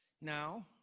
Now